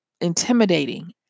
intimidating